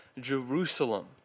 Jerusalem